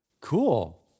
cool